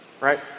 right